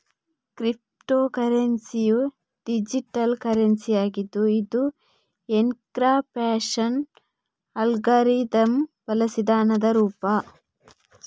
crypto ಕರೆನ್ಸಿಯು digital currency ಆಗಿದ್ದು ಇದು ಎನ್ಕ್ರಿಪ್ಶನ್ ಅಲ್ಗಾರಿದಮ್ ಬಳಸಿದ ಹಣದ ರೂಪ